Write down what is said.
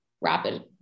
rapid